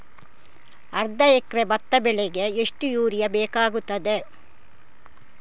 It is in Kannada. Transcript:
ಅರ್ಧ ಎಕರೆ ಭತ್ತ ಬೆಳೆಗೆ ಎಷ್ಟು ಯೂರಿಯಾ ಬೇಕಾಗುತ್ತದೆ?